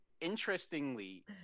Interestingly